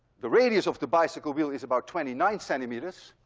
the radius of the bicycle wheel is about twenty nine centimeters.